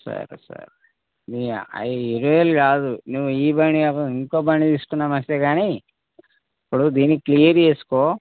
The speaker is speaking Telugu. సరే సరే మీ ఇరవై వేలు కాదు నువ్వు ఈ బండి కాకపోయినా ఇంకో బండి తీసుకున్నా మంచిదే కానీ ఇప్పుడు దీనికి క్లియర్ చేసుకో